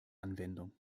anwendung